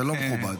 זה לא מכובד.